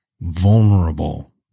vulnerable